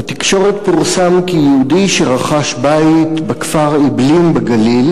בתקשורת פורסם כי יהודי שרכש בית בכפר אעבלין בגליל